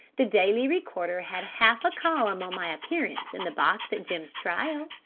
the daily recorder had half a column on my appearance in the box at jim's trial.